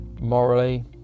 morally